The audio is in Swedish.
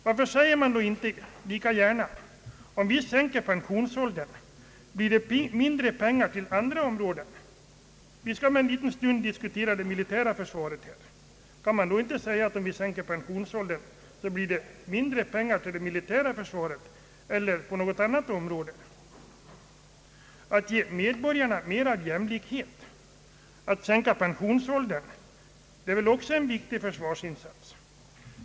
Varför sägs det inte lika gärna: Om vi sänker pensionsåldern, blir det mindre pengar till andra områden? Vi skall här om en liten stund diskutera det militära försvaret. Skall vi då inte kunna säga att om vi sänker pensionsåldern, blir det mindre pengar till det militära försvaret eller för något annat ändamål. Att ge medborgarna mera jämlikhet, att sänka pensionsåldern, är väl också en viktig försvarsinsats.